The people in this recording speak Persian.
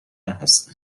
هستند